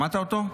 שמעת אותו?